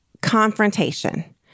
confrontation